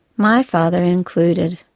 my father included.